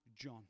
John